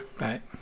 Right